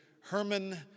Herman